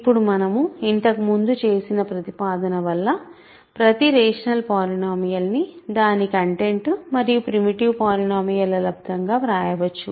ఇప్పుడు మనము ఇంతకుముందు చేసిన ప్రతిపాదన వల్ల ప్రతి రేషనల్ పాలినోమియల్ ని దాని కంటెంట్ మరియు ప్రిమిటివ్ పాలినోమియల్ ల లబ్దం గా వ్రాయవచ్చు